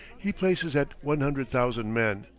he places at one hundred thousand men.